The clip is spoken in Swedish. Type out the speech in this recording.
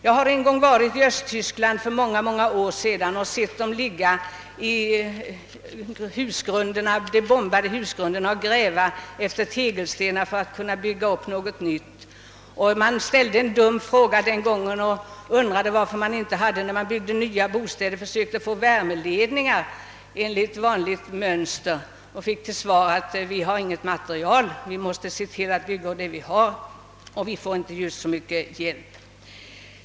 Jag har en gång varit i Östtyskland och sett folk gräva efter tegelstenar i grunderna efter utbombade hus för att kunna bygga upp något nytt. Man ställde en dum fråga, varför de inte vid byggandet av nya bostäder försökte få värmeledningar enligt vanligt mönster — och fick till svar att det inte fanns något material, att de måste bygga med det de hade och att de inte fick så mycket hjälp.